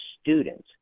students